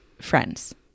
Friends